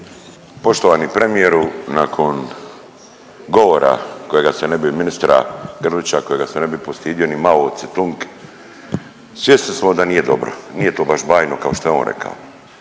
se ne bi ministra Grlića kojega se ne bi postidio ni Mao Ce-tung, svjesni smo da nije dobro. Nije to baš bajno kao što je on rekao.